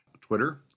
Twitter